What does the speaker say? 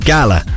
Gala